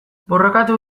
borrokatu